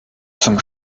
zum